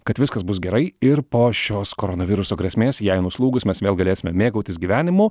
kad viskas bus gerai ir po šios koronaviruso grėsmės jai nuslūgus mes vėl galėsime mėgautis gyvenimu